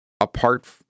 apart